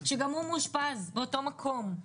שגם הוא מאושפז באותו מקום."